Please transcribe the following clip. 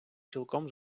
цілком